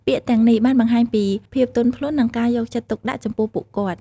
ពាក្យទាំងនេះបានបង្ហាញពីភាពទន់ភ្លន់ និងការយកចិត្តទុកដាក់ចំពោះពួកគាត់។